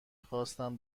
خواستم